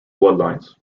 bloodlines